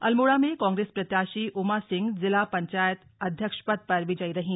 अल्मोड़ा में कांग्रेस प्रत्याशी उमा सिंह जिला पंचायत अध्यक्ष पद पर विजयी रहीं